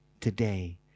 today